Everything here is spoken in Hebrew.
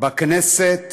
בכנסת